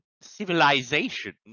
civilization